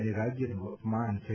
અને રાજયનું અપમાન છે